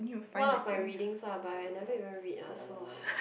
one of my readings ah but I never even read ah so